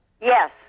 Yes